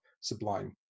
sublime